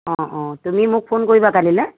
অঁ অঁ তুমি মোক ফোন কৰিবা কালিলৈ